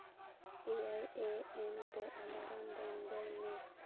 ᱮᱭᱟᱭ ᱮᱹ ᱮᱢ ᱨᱮ ᱮᱞᱟᱨᱟᱢ ᱵᱚᱱᱫᱚᱭ ᱢᱮ